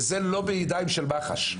וזה לא בידיים של מח"ש,